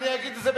אני אגיד את זה,